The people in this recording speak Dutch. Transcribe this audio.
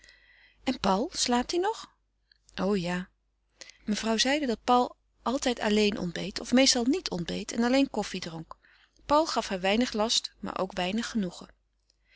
en paul slaapt die nog o ja mevrouw zeide dat paul altijd alleen ontbeet of meestal niet ontbeet en alleen koffie dronk paul gaf haar weinig last maar ook weinig genoegen